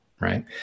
right